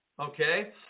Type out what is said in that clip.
okay